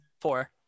four